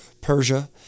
Persia